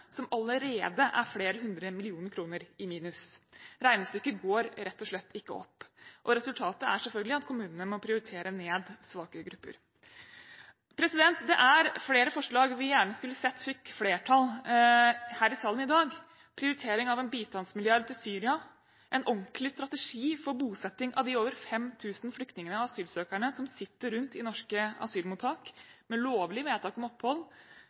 som allerede er flere hundre millioner kr i minus. Regnestykket går rett og slett ikke opp. Resultatet er selvfølgelig at kommunene må prioritere ned svake grupper. Det er flere forslag vi gjerne skulle sett fikk flertall her i salen i dag: Prioritering av en bistandsmilliard til Syria, en ordentlig strategi for bosetting av de over 5 000 flyktningene og asylsøkerne som sitter på norske asylmottak, med lovlig vedtak om opphold,